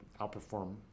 outperform